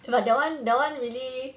but that one that one really